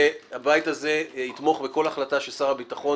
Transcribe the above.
והבית הזה יתמוך בכל החלטה ששר הביטחון